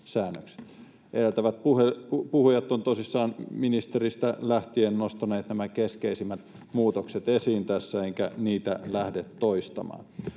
Edeltävät puhujat ovat tosissaan ministeristä lähtien nostaneet nämä keskeisimmät muutokset esiin, enkä niitä lähde toistamaan.